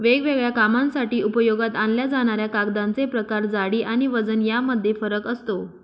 वेगवेगळ्या कामांसाठी उपयोगात आणल्या जाणाऱ्या कागदांचे प्रकार, जाडी आणि वजन यामध्ये फरक असतो